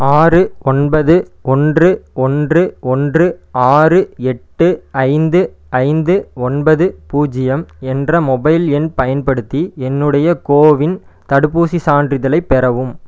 ஆறு ஒன்பது ஒன்று ஒன்று ஒன்று ஆறு எட்டு ஐந்து ஐந்து ஐந்து ஒன்பது பூஜ்ஜியம் என்ற மொபைல் எண் பயன்படுத்தி என்னுடைய கோவின் தடுப்பூசி சான்றிதழைப் பெறவும்